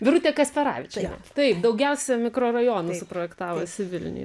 birutė kasperavičienė taip daugiausia mikrorajonų suprojektavusi vilniuje